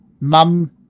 mum